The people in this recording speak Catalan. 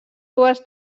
dues